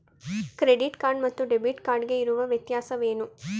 Credit card ಮತ್ತು debit card ಗೆ ಇರುವ ವ್ಯತ್ಯಾಸವೇನು?